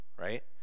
right